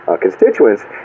constituents